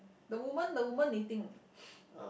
the woman the woman knitting